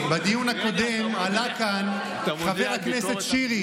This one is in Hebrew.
בדיון הקודם עלה לכאן חבר הכנסת שירי